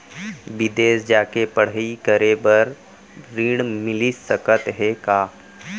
बिदेस जाके पढ़ई करे बर ऋण मिलिस सकत हे का?